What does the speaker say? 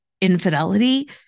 infidelity